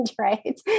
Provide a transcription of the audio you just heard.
right